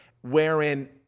wherein